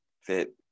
fit